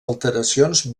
alteracions